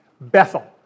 Bethel